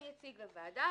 אני אציג לוועדה,